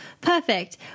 perfect